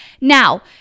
Now